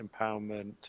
empowerment